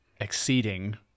exceeding